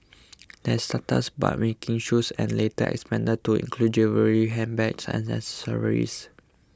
they started us by making shoes and later expanded to include jewellery handbags and accessories